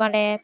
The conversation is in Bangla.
মানে